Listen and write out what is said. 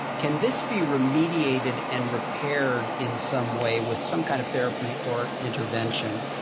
can this be remediated and repaired in some way, with some kind of therapy or intervention?